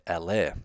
LA